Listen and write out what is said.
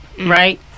Right